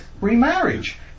remarriage